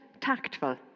tactful